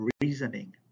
reasoning